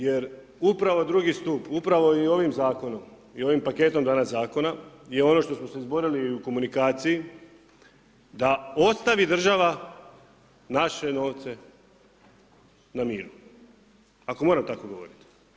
Jer upravo drugi stup, upravo i ovim zakonom i ovim paketom danas zakona je ono što smo se izborili i u komunikaciji, da ostavi država naše novce na miru, ako moram tako govorit.